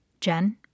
Jen